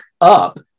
up